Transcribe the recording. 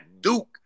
Duke